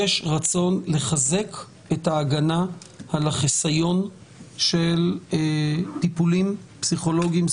יש רצון לחזק את ההגנה על החיסיון של טיפולים פסיכולוגיים,